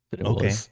Okay